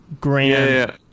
grand